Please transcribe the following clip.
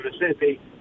Mississippi